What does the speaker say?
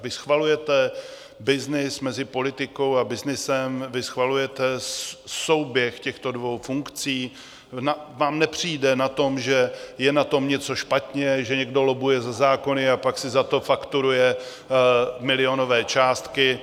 Vy schvalujete byznys mezi politikou a byznysem, vy schvalujete souběh těchto dvou funkcí, vám nepřijde, že je na tom něco špatně, že někdo lobbuje za zákony a pak si za to fakturuje milionové částky.